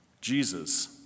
Jesus